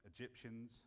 Egyptians